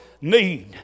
need